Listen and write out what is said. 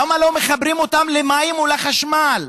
למה לא מחברים אותם למים או לחשמל,